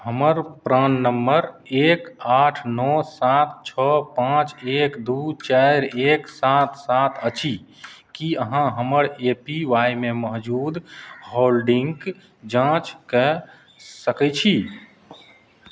हमर प्राण नम्बर एक आठ नओ सात छओ पाँच एक दुइ चारि एक सात सात अछि कि अहाँ हमर ए पी वाइ मे मौजूद होल्डिन्ग जाँच कऽ सकै छी